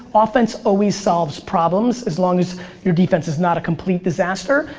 offense always solves problems as long as your defense is not a complete disaster.